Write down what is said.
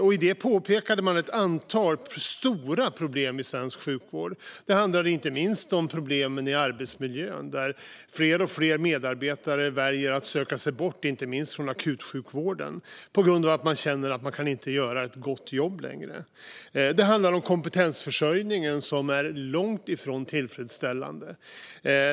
I artikeln påtalade man ett antal stora problem i svensk sjukvård. Det handlade inte minst om problemen i arbetsmiljön. Fler och fler medarbetare väljer att söka sig bort, inte minst från akutsjukvården, på grund av att man känner att man inte längre kan göra ett gott jobb. Det handlade om kompetensförsörjningen, som är långt ifrån tillfredsställande.